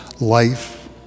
life